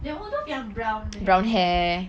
blair waldorf yang brown hair